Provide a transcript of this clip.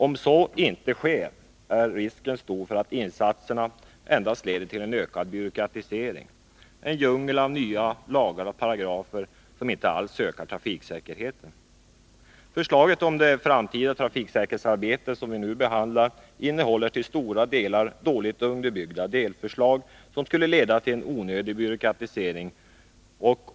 Om så inte sker, är risken stor för att insatserna endast leder till en ökad byråkratisering, en djungel av nya lagar och paragrafer som inte alls ökar trafiksäkerheten. Förslaget om det framtida trafiksäkerhetsarbetet, som vi nu behandlar, innehåller till stora delar dåligt underbyggda delförslag, som skulle leda till en onödig byråkratisering.